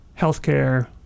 healthcare